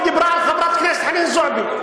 היא דיברה על חברת הכנסת חנין זועבי,